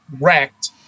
wrecked